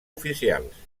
oficials